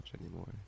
anymore